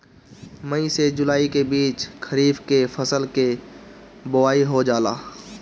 मई से जुलाई के बीच खरीफ के फसल के बोआई हो जाला